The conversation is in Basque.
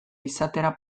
izatera